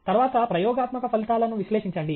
తర్వాత ప్రయోగాత్మక ఫలితాలను విశ్లేషించండి